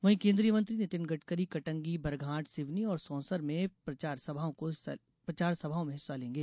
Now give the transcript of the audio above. वहीं केंद्रीय मंत्री नितिन गडकरी कटंगी बरघाट सिवनी और सौंसर में प्रचार सभाओं में हिस्सा लेंगे